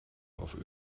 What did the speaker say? auf